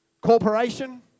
corporation